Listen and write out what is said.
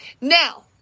Now